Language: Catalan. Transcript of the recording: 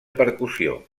percussió